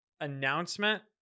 announcement